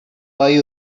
buy